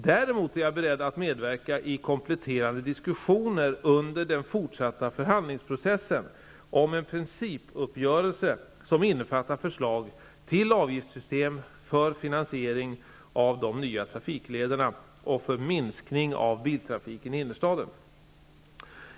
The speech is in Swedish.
Däremot är jag beredd att medverka i kompletterande diskussioner under den fortsatta förhandlingsprocessen om en principuppgörelse som innefattar förslag till avgiftssystem för finansiering av de nya trafiklederna och för minskning av biltrafiken i innerstaden.